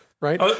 Right